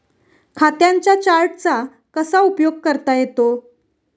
खात्यांच्या चार्टचा कसा उपयोग करता येतो?